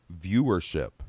viewership